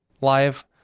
live